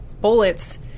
bullets